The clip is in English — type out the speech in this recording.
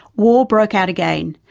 war broke out again,